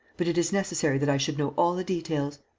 but, it is necessary that i should know all the details.